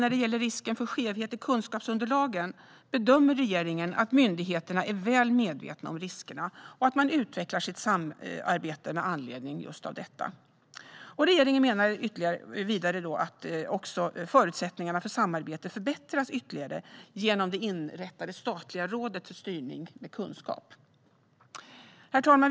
När det gäller risken för skevhet i kunskapsunderlagen bedömer regeringen att myndigheterna är väl medvetna om riskerna och att man utvecklar sitt samarbete med anledning av detta. Regeringen menar vidare att förutsättningarna för samarbete förbättras ytterligare genom det inrättade statliga Rådet för styrning med kunskap. Herr talman!